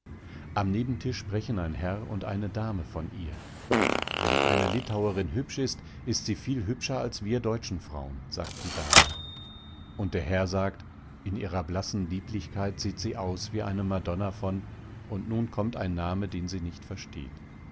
am nebentisch sprechen ein herr und eine dame von ihr wenn eine litauerin hübsch ist ist sie viel hübscher als wir deutschen frauen sagt die dame und der herr sagt in ihrer blassen lieblichkeit sieht sie aus wie eine madonna von und nun kommt ein name den sie nicht versteht